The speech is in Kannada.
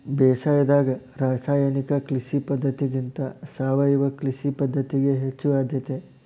ಬೇಸಾಯದಾಗ ರಾಸಾಯನಿಕ ಕೃಷಿ ಪದ್ಧತಿಗಿಂತ ಸಾವಯವ ಕೃಷಿ ಪದ್ಧತಿಗೆ ಹೆಚ್ಚು ಆದ್ಯತೆ